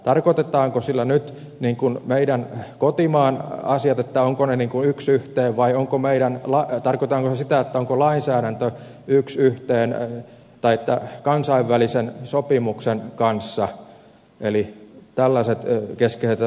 tarkoitetaanko sillä nyt meidän kotimaan asioita ovatko ne yksi yhteen vai tarkoitetaanko sitä onko lainsäädäntö yksi yhteen kansainvälisen sopimuksen kanssa eli täällä se ei keskeytä